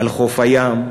על חוף הים,